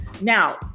Now